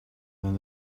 than